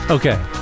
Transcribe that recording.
okay